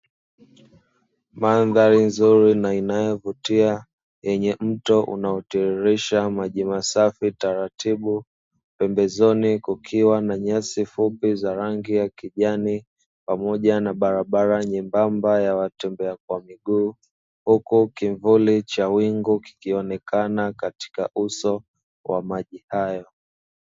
Mandhari nzuri na inayovutia yenye mto unaotiririsha maji masafi taratibu, pembezoni kukiwa na nyasi fupi za rangi ya kijani pamoja na barabara nyembamba ya watembea kwa miguu; huku kimvuli cha wingu kikionekana katika uso wa maji hayo.